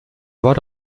wort